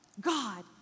God